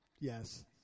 Yes